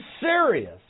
serious